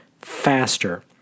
faster